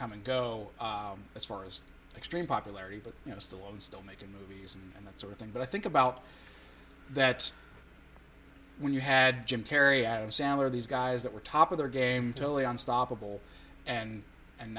come and go as far as extreme popularity but you know still and still making movies and that sort of thing but i think about that when you had jim carrey adam sandler these guys that were top of their game totally unstoppable and and